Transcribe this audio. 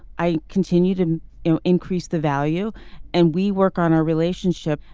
i continue to you know increase the value and we work on our relationship.